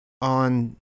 on